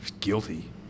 guilty